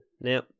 Now